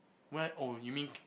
where oh you mean